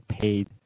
paid